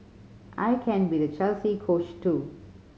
I can be the Chelsea Coach too